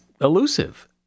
elusive